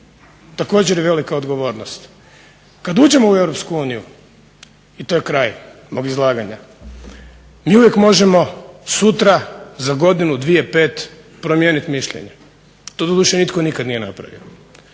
također je velika odgovornost. Kad uđemo u EU, i to je kraj mog izlaganja, mi uvijek možemo sutra, za godinu, dvije, pet, promijeniti mišljenje. To doduše nitko nikad nije napravio.